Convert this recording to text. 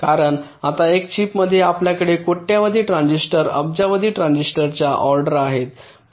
कारण आता एका चिपमध्ये आपल्याकडे कोट्यवधी ट्रान्झिस्टर अब्जावधी ट्रान्झिस्टर च्या ऑर्डर आहेत